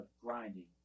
grinding